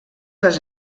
les